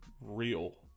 real